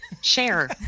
Share